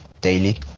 daily